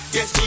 Yes